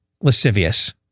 lascivious